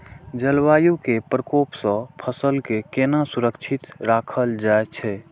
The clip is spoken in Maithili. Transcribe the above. जलवायु के प्रकोप से फसल के केना सुरक्षित राखल जाय छै?